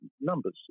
numbers